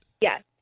Yes